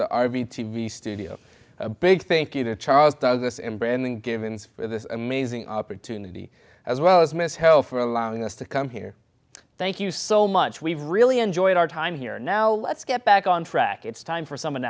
the r v t v studio a big thank you to charles douglas in branding given this amazing opportunity as well as miss hell for allowing us to come here thank you so much we've really enjoyed our time here now let's get back on track it's time for some